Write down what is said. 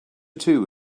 two